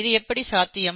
இது எப்படி சாத்தியம்